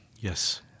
Yes